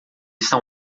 está